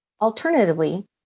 alternatively